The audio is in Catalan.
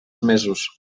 mesos